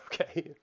Okay